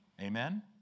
amen